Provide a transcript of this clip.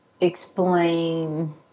explain